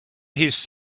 his